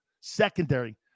Secondary